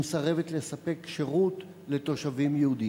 המסרבת לספק שירות לתושבים יהודים?